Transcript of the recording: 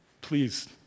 please